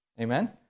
Amen